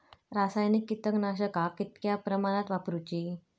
रासायनिक कीटकनाशका कितक्या प्रमाणात वापरूची?